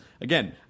again